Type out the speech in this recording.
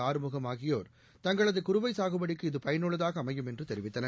ஆறுமுகம் ஆகியோர் தங்களது குறுவை சாகுபடிக்கு இது பயனுள்ளதாக அமையும் என்று தெரிவித்தனர்